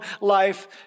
life